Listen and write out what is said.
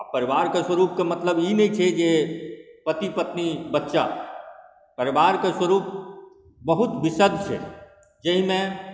आ परिवारके स्वरूपके मतलब ई नहि छै जे पति पत्नी बच्चा परिवारके स्वरूप बहुत बिसग छै जाहिमे